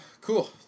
cool